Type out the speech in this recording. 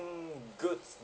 good